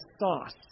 sauce